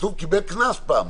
כתוב שהוא קיבל קנס פעמיים.